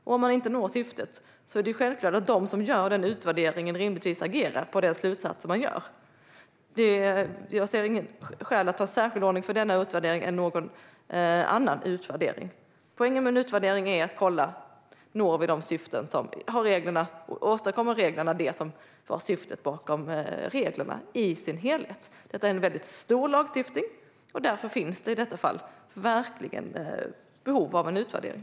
Om man inte når syftet är det självklart att de som gör utvärderingen rimligtvis agerar på den slutsats de drar. Jag ser inte något skäl att ha en särskild ordning för denna utvärdering. Poängen med en utvärdering är att kontrollera: Åstadkommer reglerna det som var syftet bakom reglerna i sin helhet? Detta är en väldigt stor lagstiftning. Därför finns det i detta fall verkligen behov av en utvärdering.